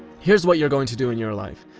here's what you're going to do in your life.